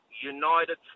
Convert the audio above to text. United